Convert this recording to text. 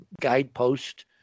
guidepost